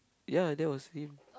ya that was him